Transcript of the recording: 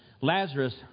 Lazarus